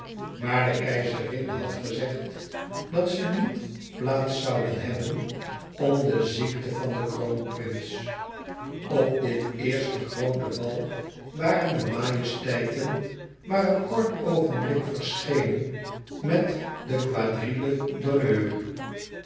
maar de keizerin had gezegd dat ze niet plaats zouden hebben om de ziekte van den kroonprins op dit eerste groote bal waren de majesteiten maar een kort oogenblik verschenen met de quadrille d'honneur